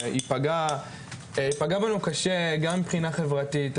והיא פגעה בנו קשה גם מבחינה חברתית,